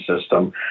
system